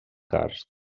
cars